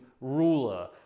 ruler